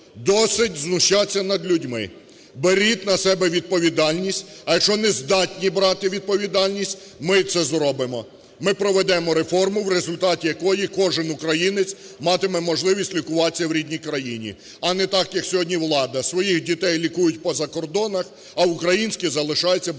досить знущатися над людьми. Беріть на себе відповідальність, а якщо не здатні брати відповідальність, ми це зробимо. Ми проведемо реформу, в результаті якої кожен українець матиме можливість лікуватися в рідній країні, а не так, як сьогодні влада: своїх дітей лікують по закордонах, а українські залишаються без